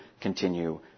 continue